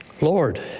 Lord